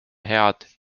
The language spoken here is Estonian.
head